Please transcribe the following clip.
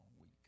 week